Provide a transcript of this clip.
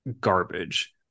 garbage